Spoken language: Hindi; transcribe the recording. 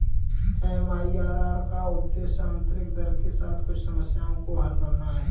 एम.आई.आर.आर का उद्देश्य आंतरिक दर के साथ कुछ समस्याओं को हल करना है